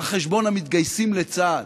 על חשבון המתגייסים לצה"ל.